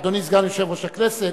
רק אדוני סגן יושב-ראש הכנסת,